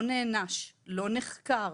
לא נענש, לא נחקר,